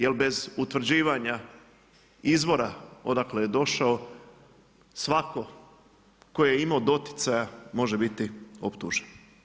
Jer bez utvrđivanja izvora odakle je došao svako tko je imao doticaja može biti optužen.